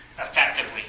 effectively